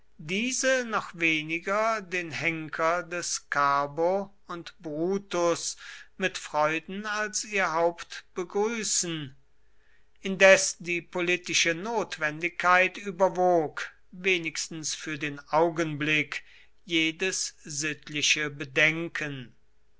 diese noch weniger den henker des carbo und brutus mit freuden als ihr haupt begrüßen indes die politische notwendigkeit überwog wenigstens für den augenblick jedes sittliche bedenken